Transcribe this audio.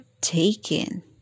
taken